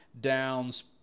Downs